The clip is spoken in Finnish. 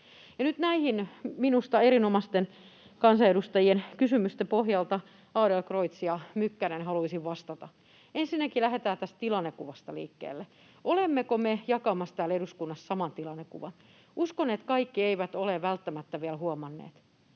näihin minusta erinomaisten kansanedustajien kysymysten pohjalta, Adlercreutz ja Mykkänen, haluaisin vastata. Ensinnäkin lähdetään tästä tilannekuvasta liikkeelle. Olemmeko me jakamassa täällä eduskunnassa saman tilannekuvan? Uskon, että kaikki eivät ole välttämättä vielä huomanneet